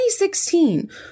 2016